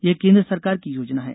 यह केन्द्र सरकार की योजना है